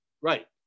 Right